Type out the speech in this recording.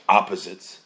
opposites